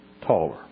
taller